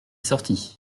sorti